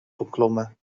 beklommen